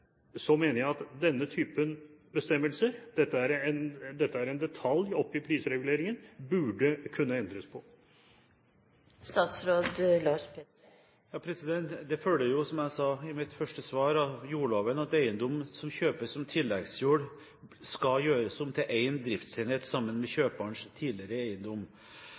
mener jeg at denne type bestemmelser – dette er en detalj i prisreguleringen – burde kunne endres på. Det følger, som jeg sa i mitt første svar, av jordloven at eiendom som kjøpes som tilleggsjord, skal gjøres om til én driftenhet sammen med kjøperens tidligere eiendom.